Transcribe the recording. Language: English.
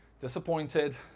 disappointed